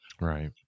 right